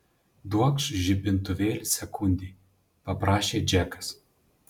duokš žibintuvėlį sekundei paprašė džekas